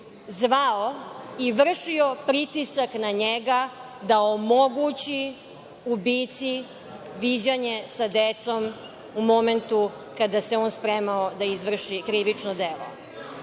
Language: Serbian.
zvao i vršio pritisak na njega da omogući ubici viđanje sa decom u momentu kada se on spremao da izvrši krivično delo? To